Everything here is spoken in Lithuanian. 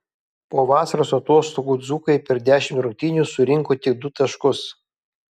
po vasaros atostogų dzūkai per dešimt rungtynių surinko tik du taškus